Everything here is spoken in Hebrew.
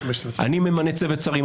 אני ממנה צוות שרים,